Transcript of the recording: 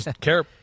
care